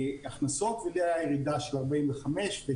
בהכנסות - לי הייתה ירידה של 45 ו-76,